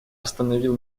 остановил